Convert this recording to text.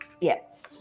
yes